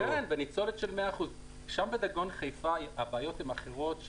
כי הניצולת שם היא כבר 100%. בדגון חיפה הבעיות הן אחרות,